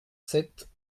sept